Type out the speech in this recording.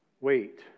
Wait